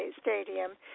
Stadium